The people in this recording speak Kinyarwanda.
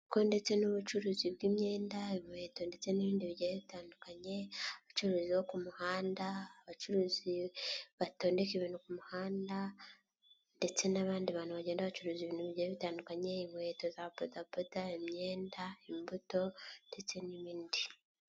Ko ndetse n'ubucuruzi bw'imyenda, inkweto ndetse n'ibindi bigiye bitandukanye, abacuruzi bo ku muhanda, abacuruzi batondeka ibintu ku muhanda ndetse n'abandi bantu bagenda bacuruza ibintu bigiye bitandukanye inkweto za boda boda, imyenda, imbuto ndetse n'ibindi.